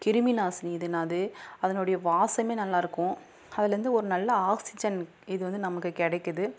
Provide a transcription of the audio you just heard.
கிருமி நாசினி எதுன்னா அது அதனுடைய வாசமே நல்லா இருக்கும் அதிலேந்து ஒரு நல்ல ஆக்சிஜன் இது வந்து நமக்கு கிடைக்குது